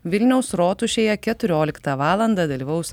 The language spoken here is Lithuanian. vilniaus rotušėje keturioliktą valandą dalyvaus